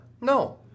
No